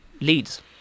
leads